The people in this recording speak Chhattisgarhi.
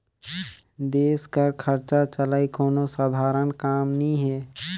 देस कर खरचा चलई कोनो सधारन काम नी हे